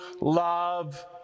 love